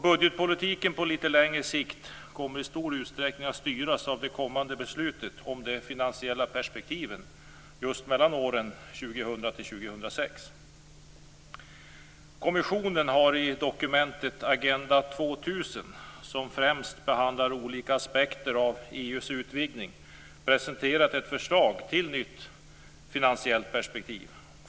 Budgetpolitiken på litet längre sikt kommer i stor utsträckning att styras av det kommande beslutet om de finansiella perspektiven just mellan åren 2000 Kommissionen har i dokumentet Agenda 2000, som främst behandlar olika aspekter av EU:s utvidgning, presenterat ett förslag till ett nytt finansiellt perspektiv.